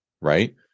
right